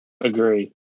Agree